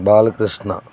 Balakrishna